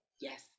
Yes